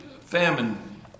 famine